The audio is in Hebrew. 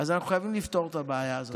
אנחנו חייבים לפתור את הבעיה הזאת.